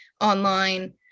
online